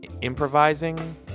improvising